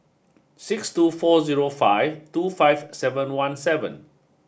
six two four zero five two five seven one seven